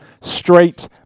straight